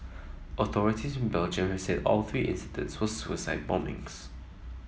authorities in Belgium have said all three incidents were suicide bombings